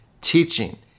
teaching